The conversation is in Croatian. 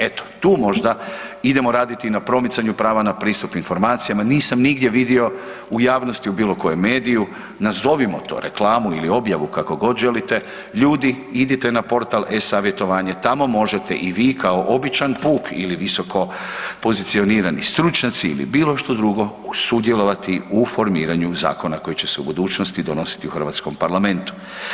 Eto tu možda idemo raditi na promicanju prava na pristup informacijama, nisam nigdje vidio u javnosti u bilo kojem mediju nazovimo to reklamu ili objavu kako god želite ljudi idite na portal e-Savjetovanje, tamo možete i vi kao običan puk ili visokopozicionirani stručnjaci ili bilo što drugo sudjelovati u formiranju zakona koji će se u budućnosti donositi u hrvatskom Parlamentu.